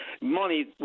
money